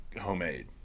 homemade